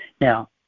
Now